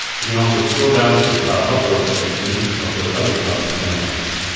you can also scroll down to the file upload section to upload other files to analyze.